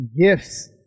gifts